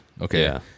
okay